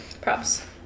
Props